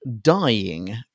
dying